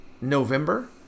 November